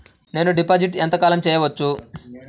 నేను డిపాజిట్ ఎంత కాలం చెయ్యవచ్చు?